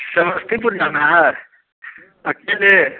समस्तीपुर जाना है अकेले